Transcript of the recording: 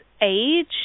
age